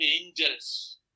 angels